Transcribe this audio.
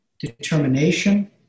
determination